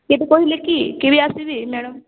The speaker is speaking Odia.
କି ତ କହିଲେ କି ବି ଆସିବି ମ୍ୟାଡ଼ମ୍